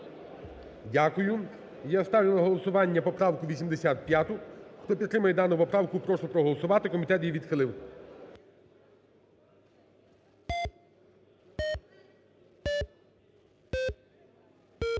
Дякую. І я ставлю на голосування поправку 85. Хто підтримує дану поправку, прошу проголосувати, комітет її відхилив.